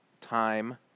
time